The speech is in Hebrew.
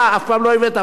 אתה אף פעם לא הבאת,